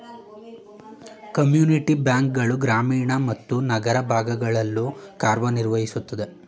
community bank ಗಳು ಗ್ರಾಮೀಣ ಮತ್ತು ನಗರ ಭಾಗಗಳಲ್ಲೂ ಕಾರ್ಯನಿರ್ವಹಿಸುತ್ತೆ